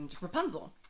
Rapunzel